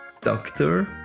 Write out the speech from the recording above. doctor